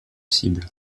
cible